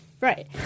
Right